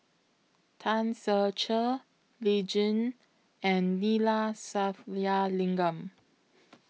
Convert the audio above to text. Tan Ser Cher Lee Tjin and Neila Sathyalingam